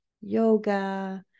yoga